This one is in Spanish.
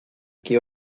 que